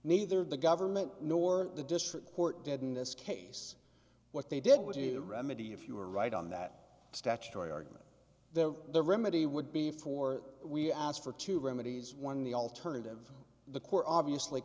neither the government nor the district court didn't this case what they did with the remedy if you are right on that statutory argument then the remedy would be for we ask for two remedies one the alternative the core obviously